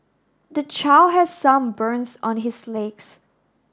the child has some burns on his legs